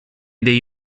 dei